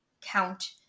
count